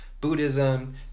Buddhism